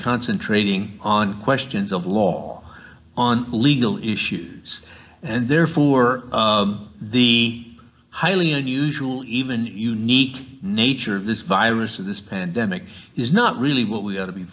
concentrating on questions of law on legal issues and therefore the highly unusual even unique nature of this virus of this pandemic is not really what we ought to be